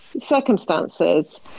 circumstances